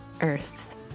Earth